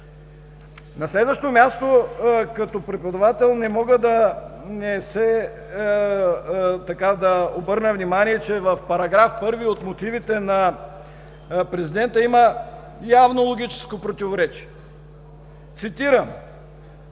На следващо място, като преподавател не мога да не обърна внимание, че в § 1 от мотивите на президента има явно логическо противоречие. Цитирам: